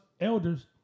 elders